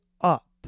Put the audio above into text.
up